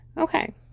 Okay